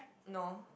no